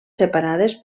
separades